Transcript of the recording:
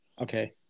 Okay